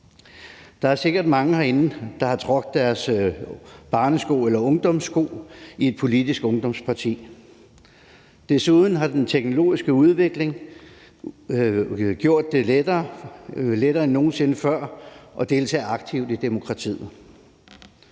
Der er sikkert mange herinde, som har trådt deres barnesko eller ungdomssko i et politisk ungdomsparti. Desuden har den teknologiske udvikling gjort det lettere end nogen sinde før at deltage aktivt i demokratiet.